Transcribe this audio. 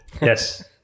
Yes